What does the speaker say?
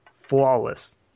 Flawless